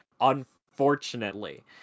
unfortunately